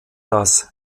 das